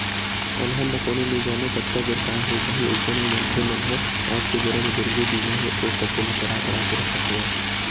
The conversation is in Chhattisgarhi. अलहन ल कोनो नइ जानय कतका बेर काय हो जाही अइसन म मनखे मन ह आज के बेरा म जरुरी बीमा हे ओ सब्बो ल करा करा के रखत हवय